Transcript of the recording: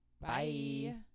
Bye